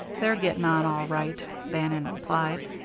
they're getting on all right, bannon replied.